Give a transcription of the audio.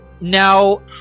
Now